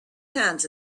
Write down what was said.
hands